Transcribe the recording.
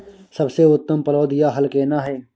सबसे उत्तम पलौघ या हल केना हय?